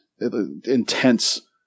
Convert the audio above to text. intense